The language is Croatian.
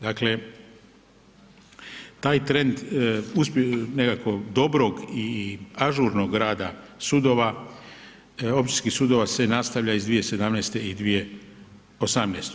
Dakle, taj trend nekakvog dobrog i ažurnog rada sudova, općinskih sudova se nastavlja iz 2017. i 2018.